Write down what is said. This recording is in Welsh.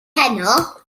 heno